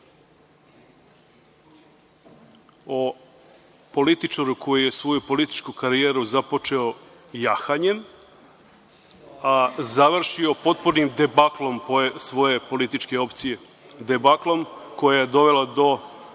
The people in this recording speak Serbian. o političaru koji je svoju političku karijeru započeo jahanjem, a završio potpunim debaklom svoje političke opcije, debaklom koji je doveo do